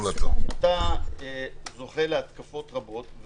שאתה זוכה להתקפות רבות,